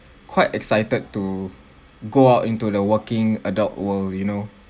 quite excited to go out into the working adult world you know